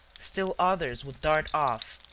still others would dart off,